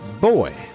Boy